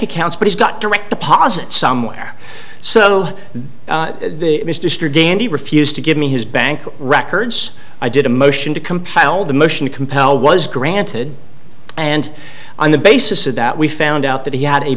accounts but he's got direct deposit somewhere so mr dandy refused to give me his bank records i did a motion to compel the motion to compel was granted and on the basis of that we found out that he had a